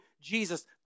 Jesus